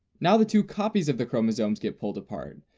now the two copies of the chromosome get pulled apart,